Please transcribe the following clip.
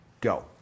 go